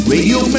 Radio